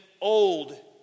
old